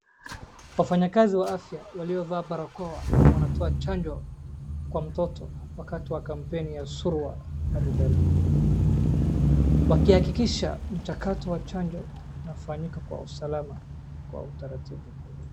Wafanyakazi wa afya waliovaa barakoa wanatoa chanjo kwa mtoto wakati wa kampeni ya surua na rubela. Wakihakikisha mchakato wa chanjo unafanyika kwa usalama kwa utaratibu.